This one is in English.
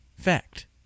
fact